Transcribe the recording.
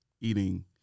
eating